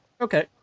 Okay